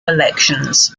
elections